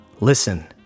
Listen